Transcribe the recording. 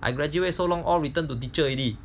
I graduate so long all returned to teacher already